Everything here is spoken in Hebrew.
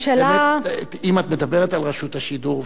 אם את מדברת על רשות השידור,